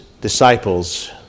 disciples